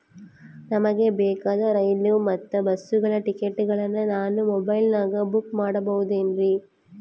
ನಮಗೆ ಬೇಕಾದ ರೈಲು ಮತ್ತ ಬಸ್ಸುಗಳ ಟಿಕೆಟುಗಳನ್ನ ನಾನು ಮೊಬೈಲಿನಾಗ ಬುಕ್ ಮಾಡಬಹುದೇನ್ರಿ?